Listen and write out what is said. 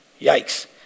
Yikes